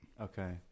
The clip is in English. Okay